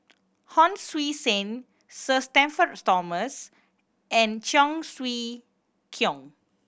Hon Sui Sen Sir Shenton Thomas and Cheong Siew Keong